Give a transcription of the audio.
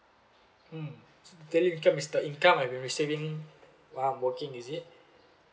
mm daily income is the income I've been receiving while I'm working is it